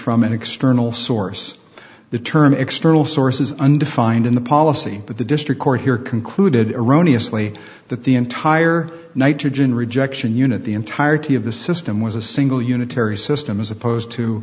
from an external source the term external source is undefined in the policy that the district court here concluded erroneous li that the entire nitrogen rejection unit the entirety of the system was a single unitary system as opposed to